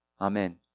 Amen